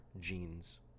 genes